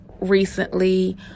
recently